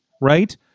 right